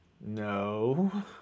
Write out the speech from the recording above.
No